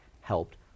helped